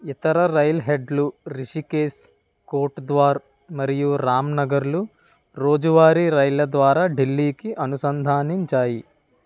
ఇతర రైల్ హెడ్లు రిషికేశ్ కోట్ ద్వార్ మరియు రామ్నగర్లు రోజువారీ రైళ్ల ద్వారా ఢిల్లీకి అనుసంధానించాయి